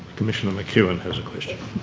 commissioner mcewin has a question.